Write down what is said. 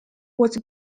was